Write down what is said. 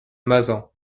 mazan